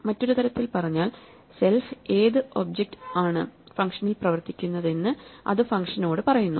മറ്റൊരു തരത്തിൽ പറഞ്ഞാൽ സെൽഫ് ഏത് ഒബ്ജെക്ട് ആണ് ഫങ്ഷനിൽ പ്രവർത്തിക്കുന്നതെന്ന് അത് ഫംഗ്ഷനോട് പറയുന്നു